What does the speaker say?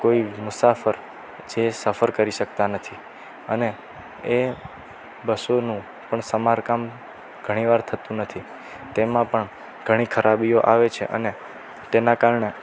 કોઈ મુસાફર જે સફર કરી શકતા નથી અને એ બસોનું પણ સમારકામ ઘણીવાર થતું નથી તેમાં પણ ઘણી ખરાબીઓ આવે છે અને તેના કારણે